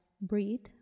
breathe